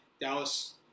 Dallas